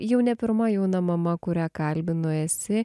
jau ne pirma jauna mama kurią kalbinu esi